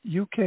UK